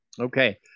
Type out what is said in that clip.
okay